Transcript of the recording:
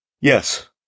Yes